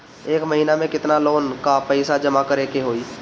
एक महिना मे केतना लोन क पईसा जमा करे क होइ?